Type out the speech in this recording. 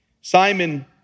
Simon